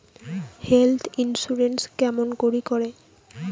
Health insurance কেমন করি করে?